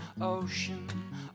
ocean